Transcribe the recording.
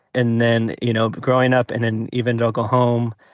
and then, you know, growing up in an evangelical home,